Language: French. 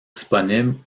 disponible